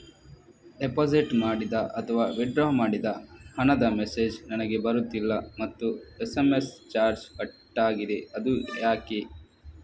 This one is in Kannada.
ಡೆಪೋಸಿಟ್ ಮಾಡಿದ ಅಥವಾ ವಿಥ್ಡ್ರಾ ಮಾಡಿದ ಹಣದ ಮೆಸೇಜ್ ನನಗೆ ಬರುತ್ತಿಲ್ಲ ಮತ್ತು ಎಸ್.ಎಂ.ಎಸ್ ಚಾರ್ಜ್ ಕಟ್ಟಾಗಿದೆ ಅದು ಯಾಕೆ?